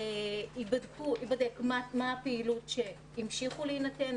ייבדק מה הפעילות שהמשיכה להינתן,